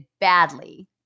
badly